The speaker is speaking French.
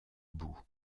boue